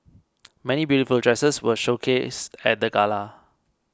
many beautiful dresses were showcased at the gala